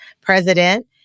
president